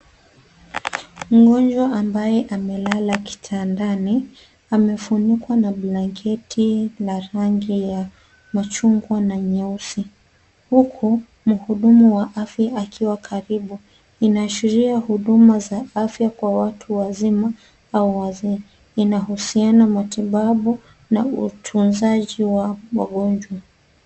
Mgonjwa ambaye amelala kitandani, amefunikwa na blanketi ya rangi ya machungwa na nyeusi. Huko, mhudumu wa afya akiwa karibu, inaashiria huduma za afya kwa watu wazima au wazee, inahusiana na matibabu na utunzaji wa mgonjwa.